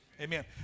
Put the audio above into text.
Amen